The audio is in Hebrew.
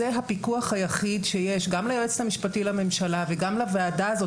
זה הפיקוח היחיד שיש גם ליועצת המשפטית לממשלה וגם לוועדה הזאת,